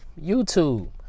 YouTube